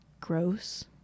gross